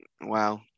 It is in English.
Wow